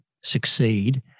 succeed